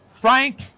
Frank